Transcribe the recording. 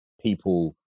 people